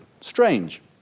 strange